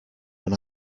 when